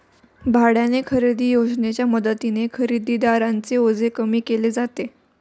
भाड्याने खरेदी योजनेच्या मदतीने खरेदीदारांचे ओझे कमी केले जाते